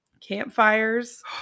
campfires